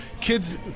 Kids